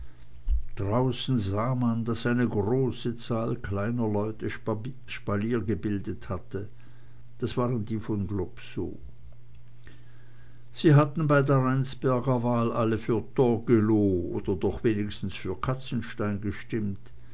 draußen sah man daß eine große zahl kleiner leute spalier gebildet hatte das waren die von globsow sie hatten bei der rheinsberger wahl alle für torgelow oder doch wenigstens für katzenstein gestimmt